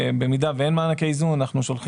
במידה שאין מענקי איזון אנחנו שולחים